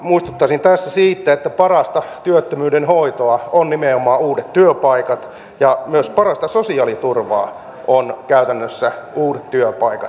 muistuttaisin tässä siitä että parasta työttömyyden hoitoa ovat nimenomaan uudet työpaikat ja myös parasta sosiaaliturvaa ovat käytännössä uudet työpaikat